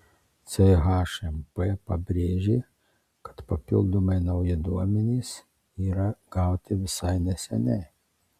chmp pabrėžė kad papildomai nauji duomenys yra gauti visai neseniai